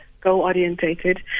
goal-orientated